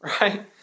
right